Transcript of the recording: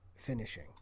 Finishing